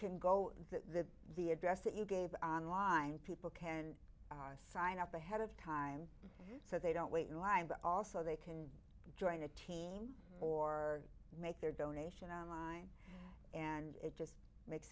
can go to the address that you gave on line people can sign up ahead of time so they don't wait in line but also they can join a team or make their donation on line and it just makes